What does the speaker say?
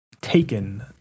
Taken